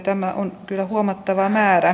täällä on kyllä huomattava määrä